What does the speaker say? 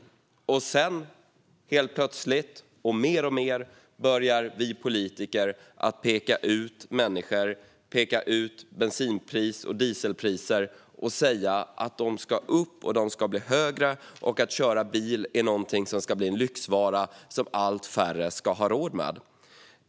Sedan börjar vi politiker helt plötsligt och mer och mer att peka ut människor och peka ut bensin och dieselpriser, som ska bli högre. Att köra bil ska bli en lyxvara som allt färre ska ha råd med.